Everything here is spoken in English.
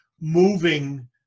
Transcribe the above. moving